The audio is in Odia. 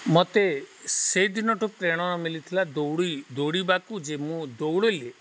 ମତେ ସେଦିନଠୁ ପ୍ରେରଣ ମିଲିଥିଲା ଦୌଡ଼ି ଦୌଡ଼ିବାକୁ ଯେ ମୁଁ ଦୌଡ଼ିଲି